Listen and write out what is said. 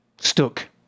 stuck